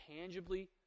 tangibly